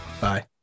Bye